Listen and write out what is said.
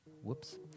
Whoops